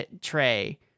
tray